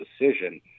decision